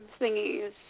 thingies